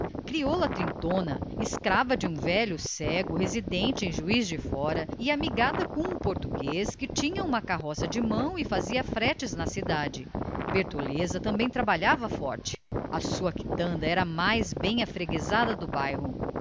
crioula trintona escrava de um velho cego residente em juiz de fora e amigada com um português que tinha uma carroça de mão e fazia fretes na cidade bertoleza também trabalhava forte a sua quitanda era a mais bem afreguesada do bairro